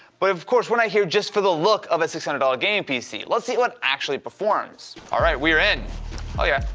but of course, we're not here just for the look of a six hundred dollars game pc. let's see what actually performs. all right, we are in oh yeah,